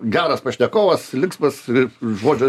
geras pašnekovas linksmas ir žodžio